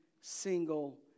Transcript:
single